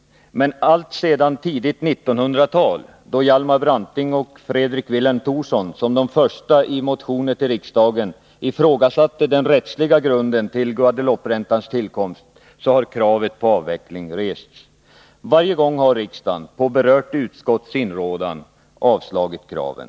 Alltsedan tidigt 1900-tal, då Hjalmar Branting och Fredrik Vilhelm Thorsson var de första som i motioner till riksdagen ifrågasatte den rättsliga grunden till Guadelouperäntans tillkomst, har kravet på avveckling av anslaget rests. Varje gång har riksdagen — på berört utskotts inrådan — avslagit kraven.